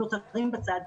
נותרים בצד.